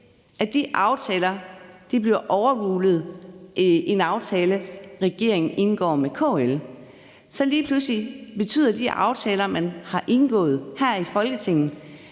at de aftaler bliver overrulet af en aftale, regeringen indgår med KL. Så lige pludselig betyder de aftaler, man har indgået her i Folketinget